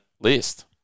list